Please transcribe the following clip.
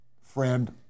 friend